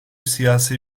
siyasi